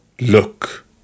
look